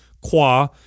Qua